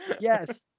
yes